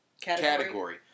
category